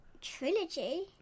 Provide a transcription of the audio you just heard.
Trilogy